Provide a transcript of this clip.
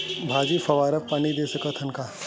भाजी फवारा पानी दे सकथन का?